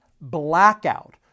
blackout